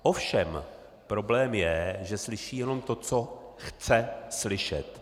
Ovšem problém je, že slyší jenom to, co chce slyšet.